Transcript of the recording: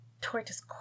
Tortoise